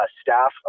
staff